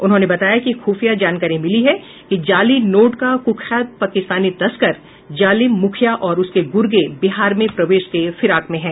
उन्होंने बताया कि खुफिया जानकारी मिली है कि जाली नोट का कुख्यात पाकिस्तानी तस्कर जालिम मुखिया और उसके गुर्गें बिहार में प्रवेश के फिराक में है